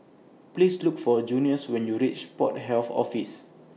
Please Look For Junious when YOU REACH Port Health Office